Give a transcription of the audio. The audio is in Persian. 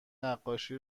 نقاشی